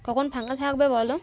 কখন ফাঁকা থাকবে বলো